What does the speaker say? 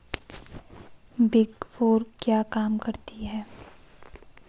Big four क्या काम करती है?